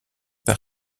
par